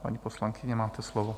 Paní poslankyně, máte slovo.